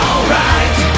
Alright